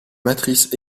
matrice